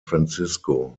francisco